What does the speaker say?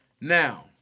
Now